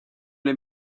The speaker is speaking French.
les